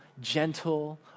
gentle